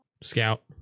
Scout